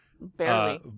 barely